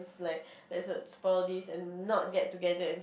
it's like there's a spoil disk and not get together and